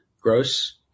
gross